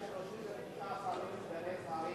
למה אם